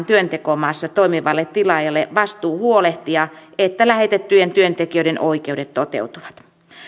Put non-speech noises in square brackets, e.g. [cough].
[unintelligible] työntekomaassa toimivalle tilaajalle vastuu huolehtia että lähetettyjen työntekijöiden oikeudet toteutuvat